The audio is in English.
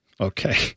Okay